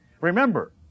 Remember